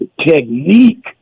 Technique